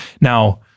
now